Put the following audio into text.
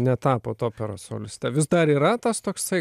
netapot operos soliste vis dar yra tas toksai